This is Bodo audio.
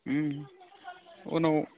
उनाव